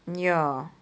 ya